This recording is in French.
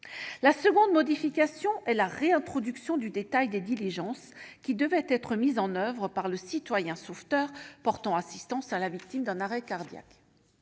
La seconde modification réside dans la réintroduction du détail des diligences devant être mises en oeuvre par le citoyen sauveteur portant assistance à la victime d'un arrêt cardiaque.